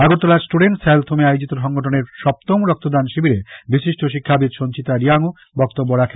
আগরতলার students health হোমে আয়োজিত সংগঠনের সপ্তম রক্তদান শিবিরে বিশিষ্ট শিক্ষাবিদ সঞ্চিতা রিয়াংও বক্তব্য রাখেন